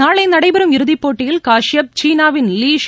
நாளை நடைபெறும் இறுதிப்போட்டியில் காஷ்யப் சீனாவின் லீ ஷி